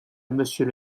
monsieur